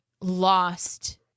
lost